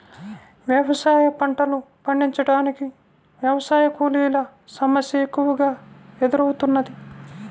వ్యవసాయ పంటలు పండించటానికి వ్యవసాయ కూలీల సమస్య ఎక్కువగా ఎదురౌతున్నది